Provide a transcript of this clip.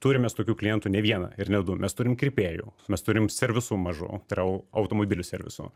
turim mes tokių klientų ne vieną ir ne du mes turim kirpėjų mes turim servisų mažų tai yra automobilių servisų